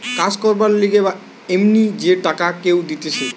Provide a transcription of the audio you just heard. কাজ করবার লিগে বা এমনি যে টাকা কেউ দিতেছে